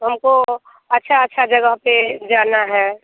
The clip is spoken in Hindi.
हमको अच्छा अच्छा जगह पर जाना है